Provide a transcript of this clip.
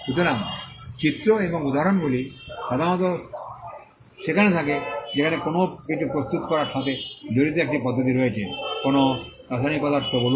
সুতরাং চিত্র এবং উদাহরণগুলি সাধারণত সেখানে থাকে যেখানে কোনও কিছু প্রস্তুত করার সাথে জড়িত একটি পদ্ধতি রয়েছে কোনও রাসায়নিক পদার্থ বলুন